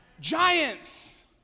giants